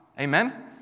Amen